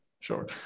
Sure